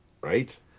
Right